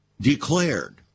declared